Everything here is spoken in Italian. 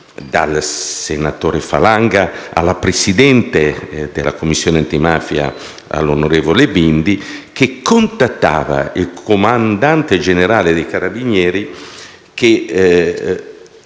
dal senatore Falanga alla presidente della Commissione antimafia, onorevole Bindi. Quest'ultima ha contattato il comandante generale dei carabinieri, che